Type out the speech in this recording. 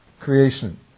creation